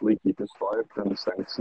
laikytis to ir ten stengtis